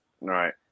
Right